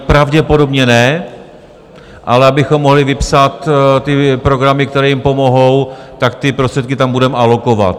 Pravděpodobně ne, ale abychom mohli vypsat ty programy, které jim pomohou, tak ty prostředky tam budeme alokovat.